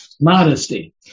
modesty